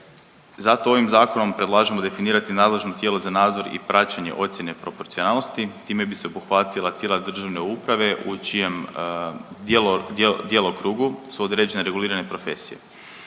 Zato ovim Zakonom predlažemo definirati nadležno tijelo za nadzor i praćenje ocjene proporcionalnosti, time bi se obuhvatila tijela državne uprave u čijem djelokrugu su određene regulirane profesije.